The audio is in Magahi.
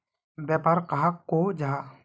व्यापार कहाक को जाहा?